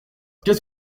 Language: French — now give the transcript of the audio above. qu’est